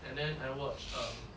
and then I watch um